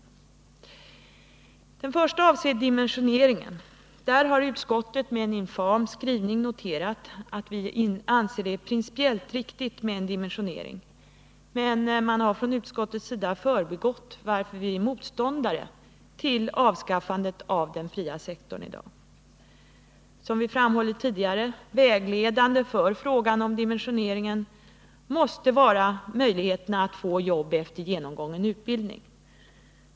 Onsdagen den Det första avser dimensioneringen. Där har utskottet med en infam 4 april 1979 skrivning noterat att vi anser det principiellt riktigt med en dimensionering, men man har förbigått att tala om varför vi är motståndare till avskaffandet av den fria sektorn i dag. Som vi framhållit tidigare måste möjligheterna att få jobb efter genomgången utbildning vara vägledande för dimensioneringen.